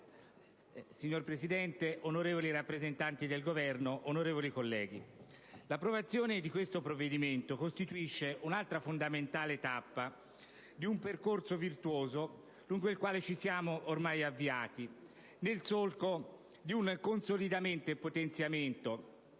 Signor Presidente, onorevoli rappresentanti del Governo, onorevoli colleghi, l'approvazione di questo provvedimento costituisce un'altra fondamentale tappa del percorso virtuoso lungo il quale ci siamo avviati nel solco di un consolidamento e potenziamento